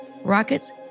rockets